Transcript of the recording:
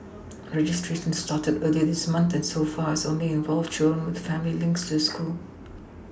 registration started earlier this month and so far has only involved children with family links to the schools